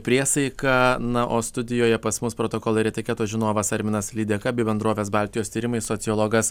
priesaika na o studijoje pas mus protokolo ir etiketo žinovas arminas lydeka bei bendrovės baltijos tyrimai sociologas